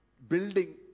Building